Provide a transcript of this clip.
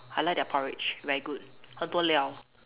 I like their porridge very good 很多料